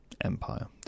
empire